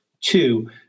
Two